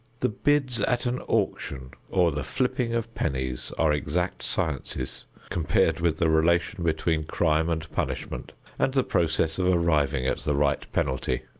the bids at an auction or the flipping of pennies are exact sciences compared with the relation between crime and punishment and the process of arriving at the right penalty.